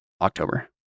october